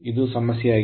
ಇದು ಸಮಸ್ಯೆಯಾಗಿದೆ